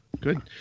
good